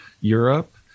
europe